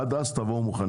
ועד אז תבואו מוכנים.